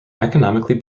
economically